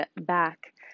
back